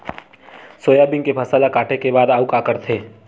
Soybean के फसल ल काटे के बाद आऊ का करथे?